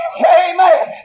Amen